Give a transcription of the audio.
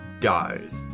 dies